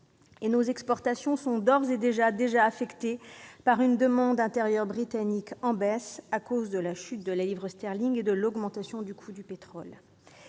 et nos exportations sont d'ores et déjà affectées par une demande intérieure britannique en baisse, à cause de la chute de la livre sterling et de l'augmentation du coût du pétrole.